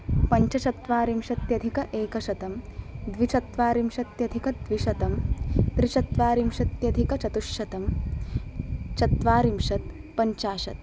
पञ्चचत्वारिंशत्यधिक एकशतं द्विचत्वारिंशत्यधिकद्विशतं त्रिचत्वारिंशत्यधिकचतुश्शतं चत्वारिंशत् पञ्चाशत्